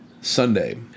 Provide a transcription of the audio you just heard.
Sunday